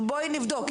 בואי נבדוק.